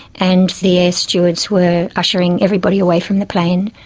and the air stewards were ushering everybody away from the plane.